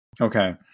Okay